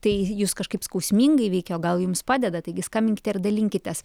tai jus kažkaip skausmingai veikia o gal jums padeda taigi skambinkite ir dalinkitės